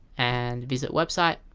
and visit website